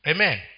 Amen